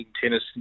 tennis